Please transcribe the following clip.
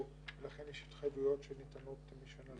ולכן יש התחייבויות שניתנות משנה לשנה.